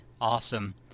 Awesome